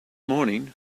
morning